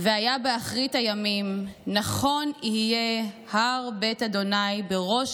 "והיה באחרית הימים נכון יהיה הר בית ה' בראש